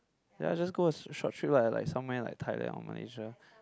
ya just go a s~ short trip lah like somewhere like Thailand or Malaysia